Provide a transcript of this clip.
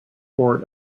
court